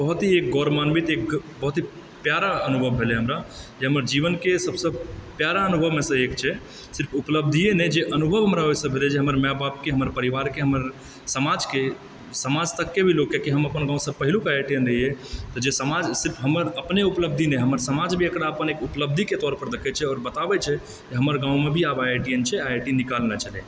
बहुत ही गौरवान्वित एक बहुत ही प्यारा अनुभव भेलै हमरा जे हमर जीवनके सबसँ प्यारा अनुभवमे सँ एक छै सिर्फ उपलब्धिये नहि जे अनुभव हमरा ओहिसँ भेलए जे हमर माए बापके हमर परिवारके हमर समाजके समाज तकके भी लोककेँ केहनो अपन गाँवसँ पहिलुक आइआइटीयन रहिऐ जे समाज सिर्फ हमर अपने उपलब्धि नहि हमर समाज भी एकरा अपन एक उपलब्धिके तौर पर देखै छै आओर बताबै छै जे हमर गाँवमे भी आब आइआइटीयन छै आइ आइ टी निकालने छलए